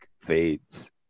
fades